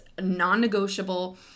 non-negotiable